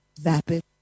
vapid